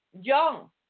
young